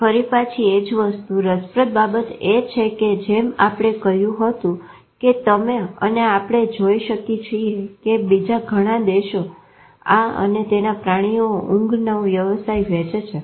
ફરી પછી એ જ વસ્તુ રસપ્રદ બાબત એ છે કે જેમ આપણે કહ્યું હતું કે તમે અને આપણે જોઈ શકી છીએ કે બીજા ઘણા દેશો આ અને તેના પ્રાણીઓ ઊંઘનો વ્યવસાય વહેચે છે